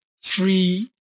free